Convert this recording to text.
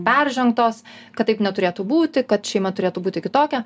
peržengtos kad taip neturėtų būti kad šeima turėtų būti kitokia